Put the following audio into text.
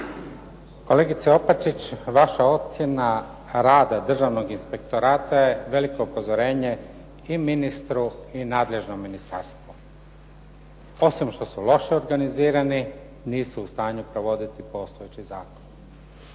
Kolegice Opačić, vaša ocjena rada Državnog inspektorata je veliko upozorenje i ministru i nadležnom ministarstvu. Osim što su loše organizirani, nisu u stanju provoditi postojeći zakon.